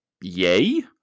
yay